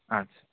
আচ্ছা